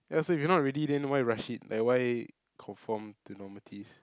ya so if you're not ready then why rush it like why conform to normaties